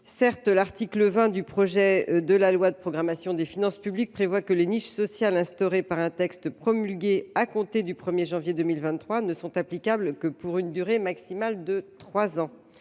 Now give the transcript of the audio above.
Certes, l’article 20 du projet de loi de programmation des finances publiques prévoit que les niches sociales instaurées par un texte promulgué à compter du 1 janvier 2023 ne sont applicables que pour une durée maximale de trois